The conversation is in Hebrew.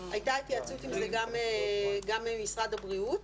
הייתה התייעצות על זה גם עם משרד הבריאות.